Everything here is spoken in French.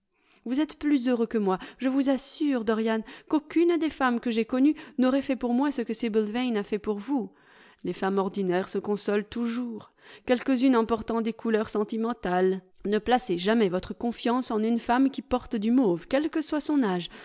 vous êtes plus heureux que moi je vous assure dorian qu'aucune des femmes que j'ai connues n'aurait fait pour moi ce que sibyl yane a fait pour vous les femmes ordinaires se consolent toujours quelques-unes en portant des couleurs sentimentales ne placez jamais votre confiance en une femme qui porte du mauve quel que soit son âge